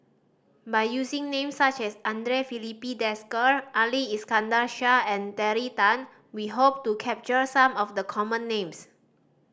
by using names such as Andre Filipe Desker Ali Iskandar Shah and Terry Tan we hope to capture some of the common names